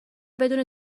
بدون